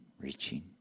reaching